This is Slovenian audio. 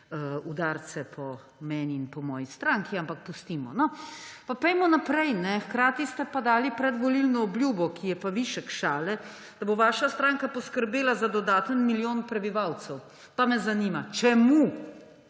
udarce po meni in po moji stranki, ampak pustimo. Pa pojdimo naprej. Hkrati ste pa dali predvolilno obljubo, ki je pa višek šale, da bo vaša stranka poskrbela za dodaten milijon prebivalcev. Pa me zanima: Čemu,